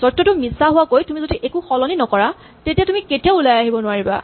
চৰ্তটো মিছা হোৱাকৈ যদি তুমি একো সলনি নকৰা তেতিয়া তুমি কেতিয়াও ওলাই আহিব নোৱাৰিবা